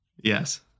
yes